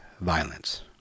violence